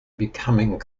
becoming